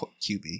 QB